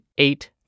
eight